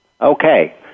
Okay